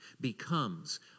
becomes